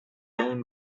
own